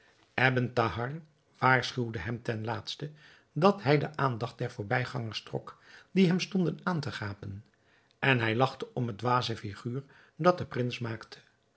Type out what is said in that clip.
hem ten laatste dat hij de aandacht der voorbijgangers trok die hem stonden aan te gapen en hij lachte om het dwaze figuur dat de prins maakte